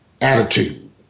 Attitude